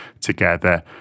together